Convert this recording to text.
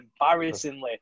embarrassingly